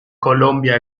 colombia